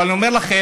אבל אני אומר לכם,